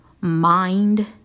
mind